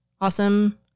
awesome